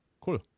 cool